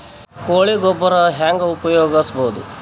ಕೊಳಿ ಗೊಬ್ಬರ ಹೆಂಗ್ ಉಪಯೋಗಸಬಹುದು?